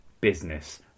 Business